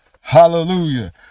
Hallelujah